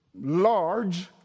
large